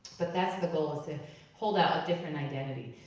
but that's the goal, to hold up a different identity.